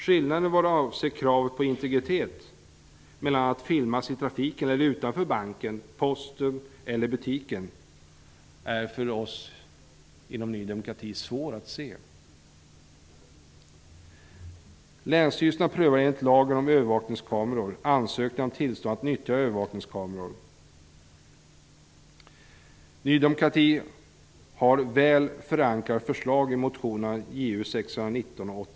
Vad avser kravet på integritet är skillnaden mellan att filmas i trafiken eller utanför banken, posten eller butiken för oss inom Ny demokrati svår att se. Detta ger vi regeringen till känna.